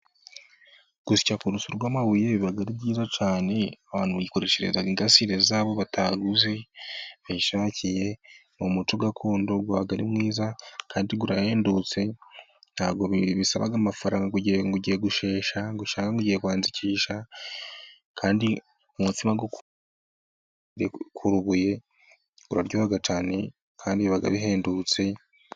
Gusya ku rusyo rw'amabuye, biba ari byiza cyane, abantu bikoreshereza ingasire zabo bataguze, bishakiye, ni umuco gakondo, uba ari mwiza, kandi urahendutse, ntabwo bisaba amafaranga ngo ugiye gushesha cyangwa ngo ugiye kwanzikisha, kandi umutsima wo ku rubuye uraryoha cyane kandi biba bihendutse.